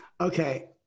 Okay